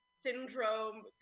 Syndrome